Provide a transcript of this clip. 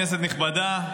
כנסת נכבדה,